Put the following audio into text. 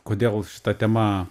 kodėl šita tema